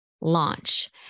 launch